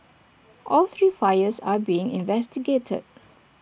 all three fires are being investigated